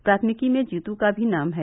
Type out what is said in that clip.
प्राथमिकी में जीतू का भी नाम है